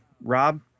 Rob